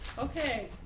okay.